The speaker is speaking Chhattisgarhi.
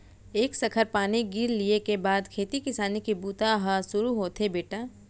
एक सखर पानी गिर लिये के बाद खेती किसानी के बूता ह सुरू होथे बेटा